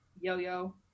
yo-yo